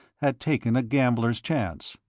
had taken a gambler's chance.